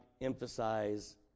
emphasize